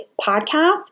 podcast